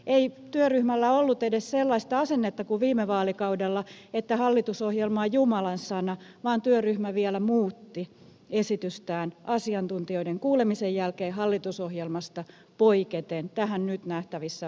ei työryhmällä ollut edes sellaista asennetta kuin viime vaalikaudella että hallitusohjelma on jumalan sana vaan työryhmä vielä muutti esitystään asiantuntijoiden kuulemisen jälkeen hallitusohjelmasta poiketen tähän nyt nähtävissä olevaan malliin